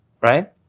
Right